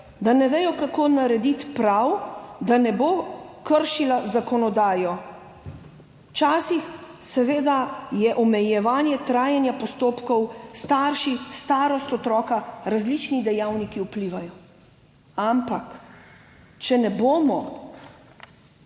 da ne vedo, kako narediti prav, da ne bo kršila zakonodaje. Včasih seveda je omejevanje trajanja postopkov, starši, starost otroka, različni dejavniki vplivajo, ampak če ne bomo